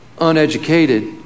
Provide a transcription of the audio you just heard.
uneducated